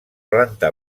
planta